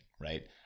right